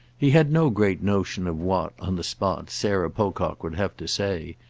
he had no great notion of what, on the spot, sarah pocock would have to say,